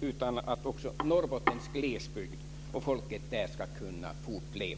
så att också Norrbottens glesbygd och folket där ska kunna fortleva?